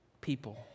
people